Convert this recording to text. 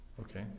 Okay